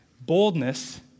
boldness